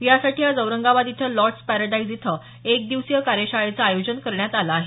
यासाठी आज औरंगाबाद इथं लॉड्र्स पॅराडाईज इथं एक दिवसीय कार्यशाळेचे आयोजन करण्यात आलं आहे